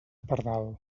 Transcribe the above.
pardal